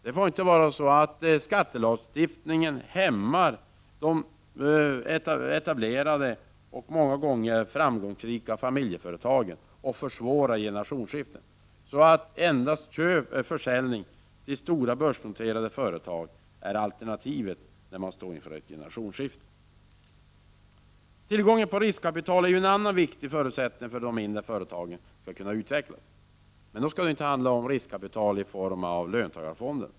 Det får inte vara så att skattelagstiftningen hämmar de etablerade och många gånger framgångsrika familjeföretagen så att endast försäljning till stora börsnoterade företag är alternativet när man står inför ett generationsskifte. Tillgången till riskkapital är en annan viktig förutsättning för att de mindre företagen skall kunna utvecklas. Men det skall inte handla om riskkapital i form av löntagarfonder.